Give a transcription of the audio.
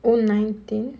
oh nineteen